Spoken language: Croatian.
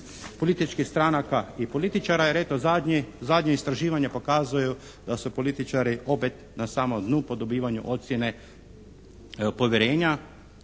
političkih stranaka i političara jer eto zadnji, zadnja istraživanja pokazuju da su političari opet na samom dnu po dobivanju ocjene povjerenja.